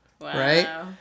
right